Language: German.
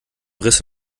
riss